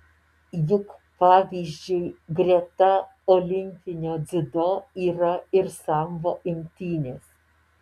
juk pavyzdžiui greta olimpinio dziudo yra ir sambo imtynės